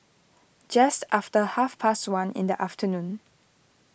just after half past one in the afternoon